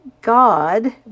God